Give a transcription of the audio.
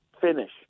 finish